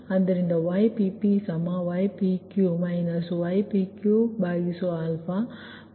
ಆದ್ದರಿಂದ Ypp ypq ypqypq